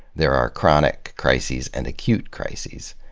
there are chronic crises and acute crises.